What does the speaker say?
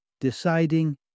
deciding